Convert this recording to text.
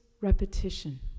repetition